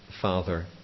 Father